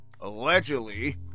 allegedly